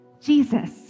Jesus